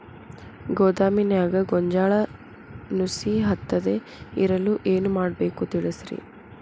ಗೋದಾಮಿನ್ಯಾಗ ಗೋಂಜಾಳ ನುಸಿ ಹತ್ತದೇ ಇರಲು ಏನು ಮಾಡಬೇಕು ತಿಳಸ್ರಿ